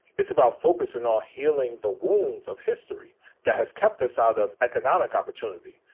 it's about focusin' on healing the wounds of history that has kept us out of economic opportunity.